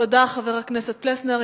תודה, חבר הכנסת פלסנר.